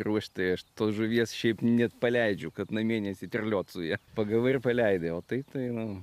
ruošti aš tos žuvies šiaip net paleidžiu kad namie nesiterliot su ja pagavai ir paleidai o taip tai nu